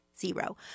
zero